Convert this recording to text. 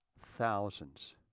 thousands